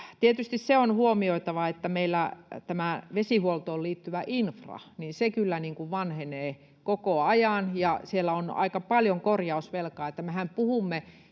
Tietysti se on huomioitava, että meillä tämä vesihuoltoon liittyvä infra kyllä vanhenee koko ajan ja siellä on aika paljon korjausvelkaa. Mehän puhumme